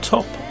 Top